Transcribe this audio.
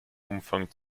umfang